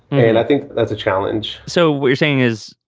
yeah and i think that's a challenge so we're saying is,